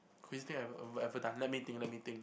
craziest thing I ever ever done let me think let me think